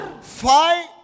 fight